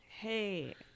hey